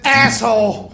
asshole